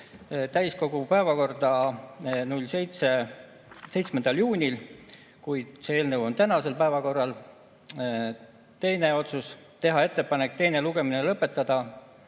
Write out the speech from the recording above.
täiskogu päevakorda 7. juunil, kuid see eelnõu on päevakorras täna. Teine otsus: teha ettepanek teine lugemine lõpetada.